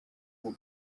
ubu